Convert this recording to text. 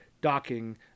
docking